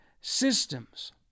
systems